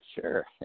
Sure